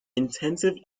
intensive